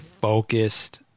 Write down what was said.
focused